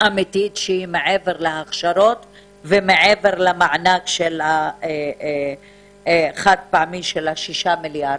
אמיתית שהיא מעבר להכשרות ומעבר למענק החד-פעמי של ה-6 מיליארד,